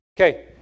Okay